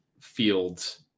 Fields